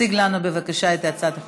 תציג לנו בבקשה את הצעת החוק.